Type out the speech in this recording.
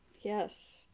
Yes